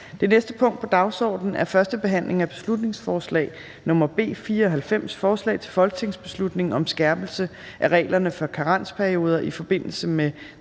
Det næste punkt på dagsordenen er: 6) 1. behandling af beslutningsforslag nr. B 94: Forslag til folketingsbeslutning om skærpelse af reglerne for karensperioder i forbindelse med